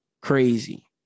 Crazy